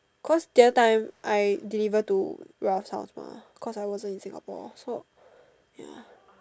cause the other time I deliver to Ralph's house mah cause I wasn't in Singapore so ya